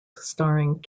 starring